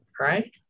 right